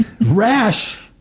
Rash